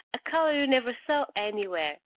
a color you never saw anywhere.